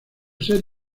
ser